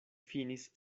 finis